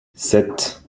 sept